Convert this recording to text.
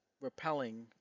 repelling